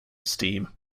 esteem